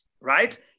right